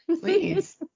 Please